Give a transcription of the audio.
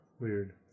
Weird